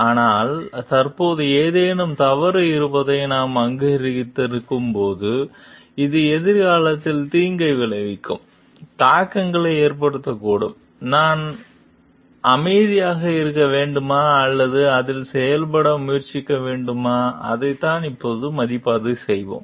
ஆனால் தற்போது ஏதேனும் தவறு இருப்பதை நாம் அங்கீகரித்திருக்கும்போது இது எதிர்காலத்தில் தீங்கு விளைவிக்கும் தாக்கங்களை ஏற்படுத்தக்கூடும் நாம் அமைதியாக இருக்க வேண்டுமா அல்லது அதில் செயல்பட முயற்சிக்க வேண்டுமா அதைத்தான் இப்போது மதிப்பாய்வு செய்வோம்